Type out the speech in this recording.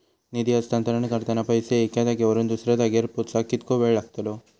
निधी हस्तांतरण करताना पैसे एक्या जाग्यावरून दुसऱ्या जाग्यार पोचाक कितको वेळ लागतलो?